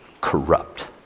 corrupt